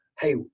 hey